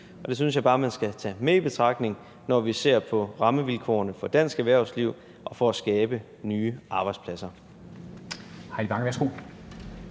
og det synes jeg bare man skal tage med i betragtningerne, når vi ser på rammevilkårene for dansk erhvervsliv og for at skabe nye arbejdspladser.